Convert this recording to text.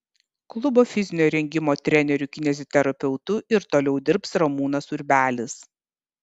klubo fizinio rengimo treneriu kineziterapeutu ir toliau dirbs ramūnas urbelis